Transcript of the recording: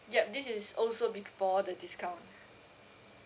yup this is also before the discount